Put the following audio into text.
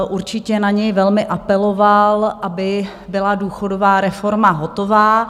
Určitě na něj velmi apeloval, aby byla důchodová reforma hotová.